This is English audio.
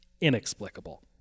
inexplicable